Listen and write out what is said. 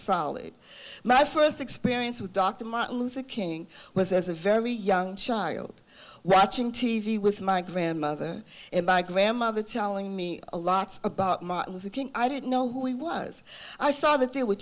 solid my first experience with dr martin luther king was as a very young child watching t v with my grandmother and my grandmother telling me a lot about martin luther king i didn't know who he was i saw that there were